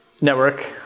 network